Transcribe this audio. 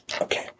Okay